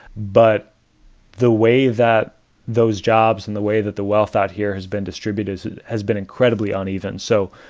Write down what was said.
but the way that those jobs and the way that the wealth out here has been distributed has been incredibly uneven. so,